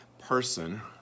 person